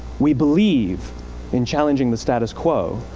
we believe in challenging the status quo.